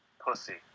Pussy